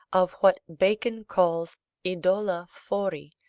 of what bacon calls idola fori,